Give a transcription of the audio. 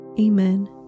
Amen